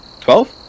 Twelve